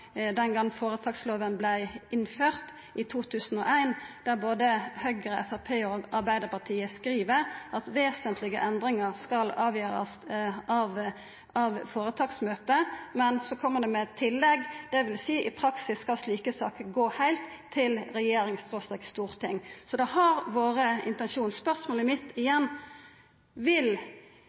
den gong føretakslova vart innført i 2001, der både Høgre, Framstegspartiet og Arbeidarpartiet skreiv at vesentlege endringar skal avgjerast av føretaksmøtet, men så kjem dei med eit tillegg om at det i praksis vil seie at slike saker skal gå heilt til regjering/storting. Det har vore intensjonen. Spørsmålet mitt er igjen: Vil